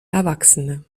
erwachsene